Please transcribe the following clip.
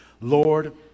Lord